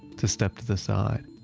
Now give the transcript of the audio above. to step to the side,